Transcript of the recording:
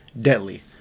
deadly